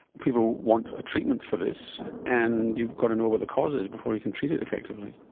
people want a treatment for this and you've got to know what the cause is before you can treat it effectively.